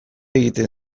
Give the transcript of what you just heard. egiten